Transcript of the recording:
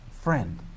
friend